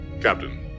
Captain